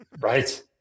Right